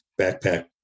backpack